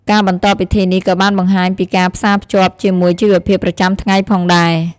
ការបន្តពិធីនេះក៏បានបង្ហាញពីការផ្សារភ្ជាប់ជាមួយជីវភាពប្រចាំថ្ងៃផងដែរ។